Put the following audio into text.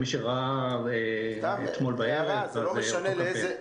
מי שראה אתמול בערב, זה אותו קמפיין.